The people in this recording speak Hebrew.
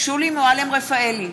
שולי מועלם-רפאלי,